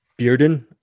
Bearden